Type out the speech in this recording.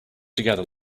together